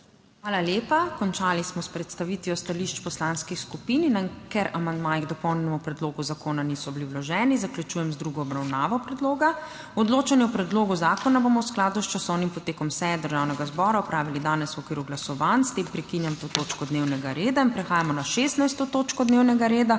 Hvala lepa. Končali smo s predstavitvijo stališč poslanskih skupin. Ker amandmaji k dopolnjenemu predlogu zakona niso bili vloženi, zaključujem z drugo obravnavo predloga. Odločanje o predlogu zakona bomo v skladu s časovnim potekom seje Državnega zbora opravili danes v okviru glasovanj. S tem prekinjam to točko dnevnega reda. Prehajamo na 16. TOČKO DNEVNEGA REDA,